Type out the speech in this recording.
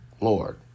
Lord